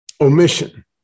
omission